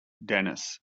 dennis